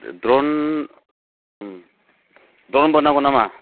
drone द्र'नबो नांगौ नामा